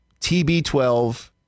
TB12